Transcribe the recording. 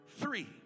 three